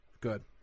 good